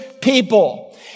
people